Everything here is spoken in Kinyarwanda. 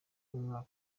umwaka